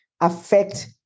affect